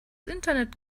internet